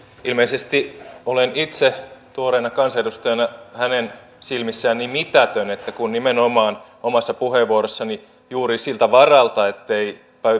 ilmeisesti olen itse tuoreena kansanedustajana hänen silmissään mitätön kun nimenomaan omassa puheenvuorossani juuri siltä varalta ettei